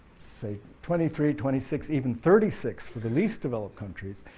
say twenty three, twenty six, even thirty six for the least developed countries,